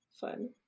Fun